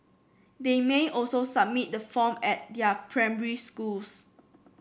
they may also submit the form at their primary schools